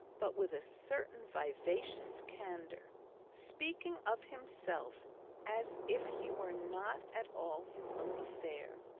but with a certain vivacious candour speaking of himself as if he were not at all his own affair,